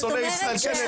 לשונאי ישראל כן,